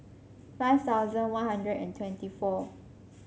five thousand One Hundred and twenty four